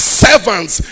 servants